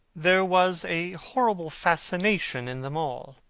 there was a horrible fascination in them all.